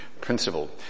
principle